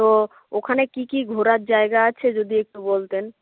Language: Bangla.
তো ওখানে কী কী ঘোরার জায়গা আছে যদি একটু বলতেন